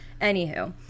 Anywho